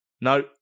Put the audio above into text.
No